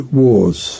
wars